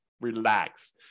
relax